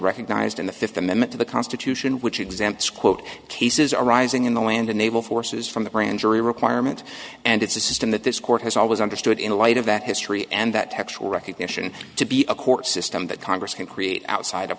recognized in the fifth amendment to the constitution which exempts quote cases arising in the land and naval forces from the grand jury requirement and it's a system that this court has always understood in the light of that history and that textual recognition to be a court system that congress can create outside of